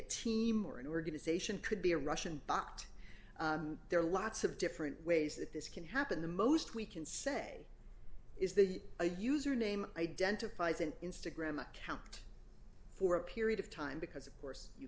team or an organization could be a russian but there are lots of different ways that this can happen the most we can say is the a user name identifies an instagram account for a period of time because of course you